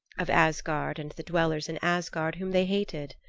of asgard and the dwellers in asgard whom they hated.